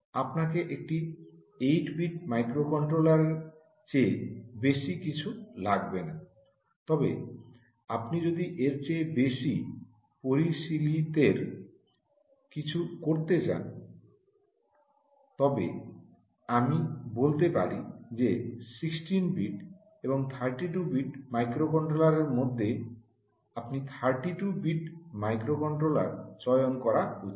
আপনাকে একটি 8 বিট মাইক্রোকন্ট্রোলারের চেয়ে বেশি কিছু লাগবে না তবে আপনি যদি এর চেয়ে বেশি পরিশীলিতের কিছু করতে চান তবে আমি বলতে পারি যে 16 বিট এবং 32 বিট মাইক্রোকন্ট্রোলার মধ্যে আপনি 32 বিট মাইক্রোকন্ট্রোলার চয়ন করা উচিত